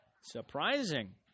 Surprising